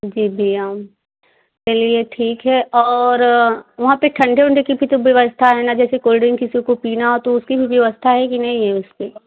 जी भैया चलिए ठीक है और वहाँ पर थंडे वंडे की भी तो व्यवस्था है ना जैसे कोल्ड ड्रिंक्स किसी को पीना हो तो उसकी भी व्यवस्था है कि नहीं है उसकी